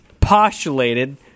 postulated